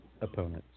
opponents